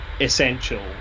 essential